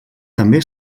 també